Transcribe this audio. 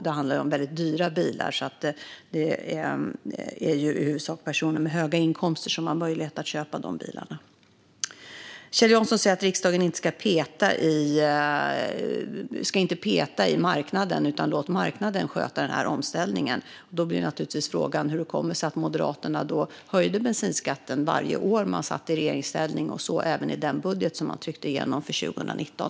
Det handlar om väldigt dyra bilar, och det är i huvudsak personer med höga inkomster som har möjlighet att köpa de bilarna. Kjell Jansson säger: Riksdagen ska inte peta i marknaden. Låt marknaden sköta omställningen! Då blir naturligtvis frågan: Hur kom det sig att Moderaterna höjde bensinskatten varje år de satt i regeringsställning och även i den budget som de tryckte igenom för 2019?